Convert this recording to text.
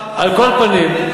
על כל פנים,